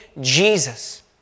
Jesus